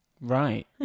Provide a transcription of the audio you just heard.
Right